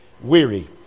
weary